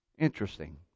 interesting